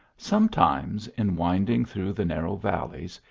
sometimes, in wind ing through the narrow valleys,